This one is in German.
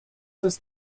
ist